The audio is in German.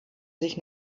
sich